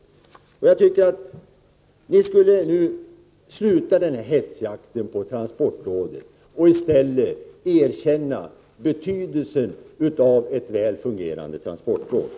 Sluta med hetsjakten på transportrådet och erkänn i stället betydelsen av ett väl fungerande transportråd!